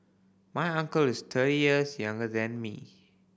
my uncle is thirty years younger than me